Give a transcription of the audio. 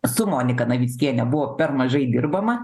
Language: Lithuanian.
su monika navickiene buvo per mažai dirbama